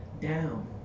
down